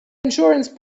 insurance